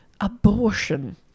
Abortion